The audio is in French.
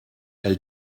elle